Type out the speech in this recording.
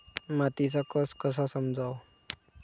मातीचा कस कसा समजाव?